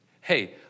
hey